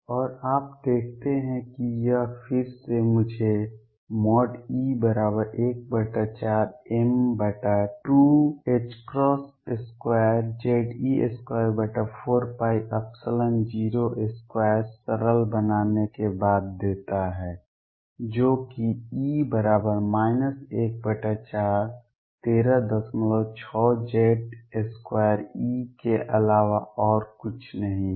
और आप देखते हैं कि यह फिर से मुझे E14m2ℏ2Ze24π02 सरल बनाने के बाद देता है जो कि E 14136Z2E के अलावा और कुछ नहीं है